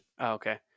okay